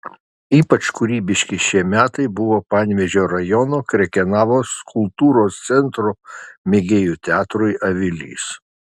ypač kūrybiški šie metai buvo panevėžio rajono krekenavos kultūros centro mėgėjų teatrui avilys